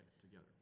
together